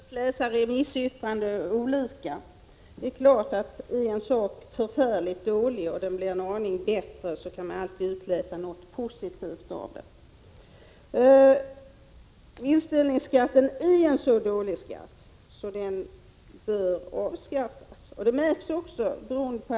Herr talman! Man kan naturligtvis läsa remissyttranden på olika sätt. Om en sak är förfärligt dålig och sedan blir en aning bättre, kan man självfallet alltid utläsa någonting positivt av det. Vinstdelningsskatten är så dålig att den bör avskaffas.